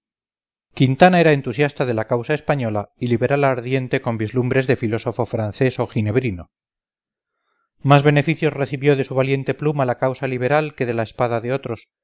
quintana era entusiasta de la causa española y liberal ardiente con vislumbres de filósofo francés o ginebrino más beneficios recibió de su valiente pluma la causa liberal que de la espada de otros